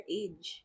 age